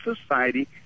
society